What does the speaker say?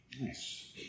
Nice